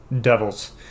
devils